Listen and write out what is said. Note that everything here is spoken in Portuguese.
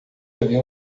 havia